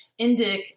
Indic